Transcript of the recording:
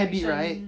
habit right